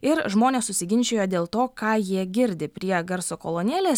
ir žmonės susiginčijo dėl to ką jie girdi prie garso kolonėlės